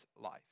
life